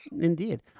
indeed